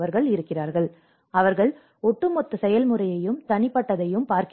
எனவே அவர்கள் ஒட்டுமொத்த செயல்முறையையும் தனிப்பட்டதையும் பார்க்கிறார்கள்